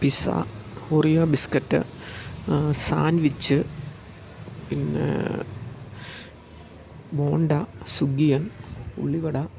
pizza Oreo biscuit sandwich പിന്നെ ബോണ്ട സുഗിയൻ ഉള്ളിവട